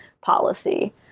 policy